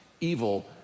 evil